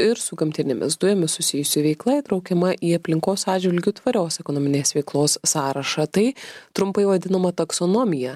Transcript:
ir su gamtinėmis dujomis susijusi veikla įtraukiama į aplinkos atžvilgiu tvarios ekonominės veiklos sąrašą tai trumpai vadinama taksonomija